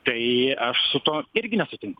tai aš tuo irgi nesutinku